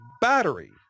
battery